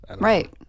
right